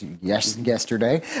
yesterday